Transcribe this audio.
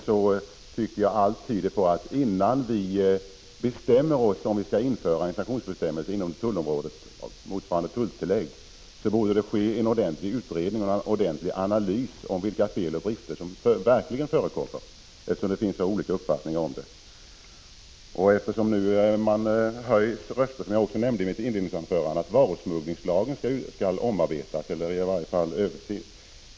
Allt detta tyder på att innan vi bestämmer oss för införandet av en sanktion inom tullområdet i form av tulltillägg borde en ordentlig utredning och analys ske om vilka fel och brister som verkligen förekommer, eftersom det finns så olika uppfattningar om det. Som jag också nämnde i mitt inledningsanförande höjs nu röster om att varusmugglingslagen skall omarbetas eller i varje fall ses över.